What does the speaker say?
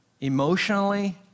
emotionally